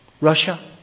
Russia